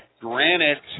Granite